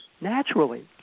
naturally